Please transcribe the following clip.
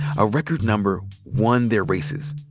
a record number won their races.